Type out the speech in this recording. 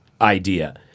idea